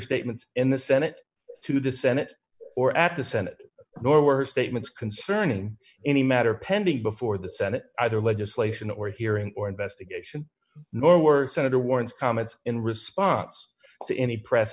statements in the senate to the senate or at the senate nor were statements concerning any matter pending before the senate either legislation or hearing or investigation nor were senator warner's comments in response to any press